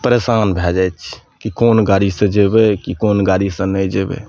परेशान भए जाइ छी कि कोन गाड़ी सऽ जेबै कि कोन गाड़ी सऽ नहि जेबै